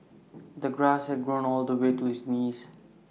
the grass had grown all the way to his knees